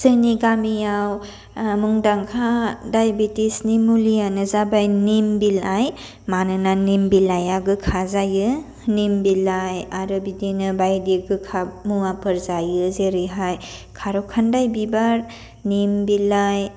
जोंनि गामियाव मुंदांखा दाइबिटिसनि मुलियानो जाबाय निम बिलाइ मानोना निम बिलाइया गोखा जायो निम बिलाइ आरो बिदिनो बायदि गोखा मुवाफोर जायो जेरैहाय खारौखान्दाय बिबार निम बिलाइ